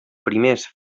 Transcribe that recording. primers